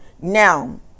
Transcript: Now